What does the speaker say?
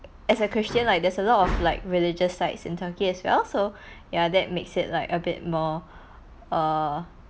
as a christian like there's a lot of like religious sites in turkey as well so ya that makes it like a bit more err